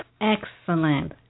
Excellent